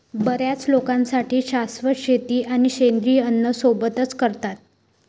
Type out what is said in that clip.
बर्याच लोकांसाठी शाश्वत शेती आणि सेंद्रिय अन्न सोबतच करतात